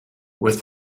with